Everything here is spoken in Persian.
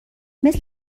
مثل